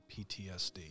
PTSD